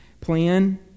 plan